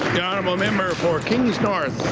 the honourable member for kings north.